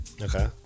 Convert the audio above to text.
Okay